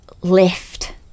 lift